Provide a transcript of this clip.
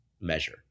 measure